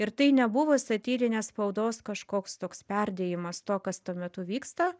ir tai nebuvo satyrinės spaudos kažkoks toks perdėjimas to kas tuo metu vyksta